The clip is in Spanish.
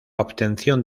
obtención